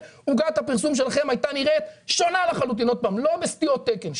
עוגת הפרסום שלכם הייתה נראית שונה לחלוטין לא בסטיות תקן,